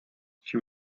she